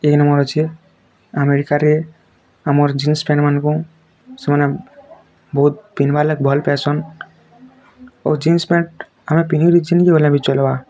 ଏଇଖିନା ମୋର ଅଛି ଆମେରିକା ରେ ଆମର୍ ଜିନ୍ସ ପ୍ୟାଣ୍ଟ ମାନଙ୍କୁ ସେମାନେ ବହୁତ୍ ପିନ୍ଧିବାନେ ଭଲ୍ ପଏସନ୍ ଆଉ ଜିନ୍ସ ପ୍ୟାଣ୍ଟ ଆମେ ପିନ୍ଧିକି ଜିନ୍କି ଗଲେ ଆମେ ଚଲ୍ବା